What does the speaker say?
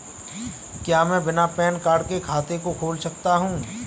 क्या मैं बिना पैन कार्ड के खाते को खोल सकता हूँ?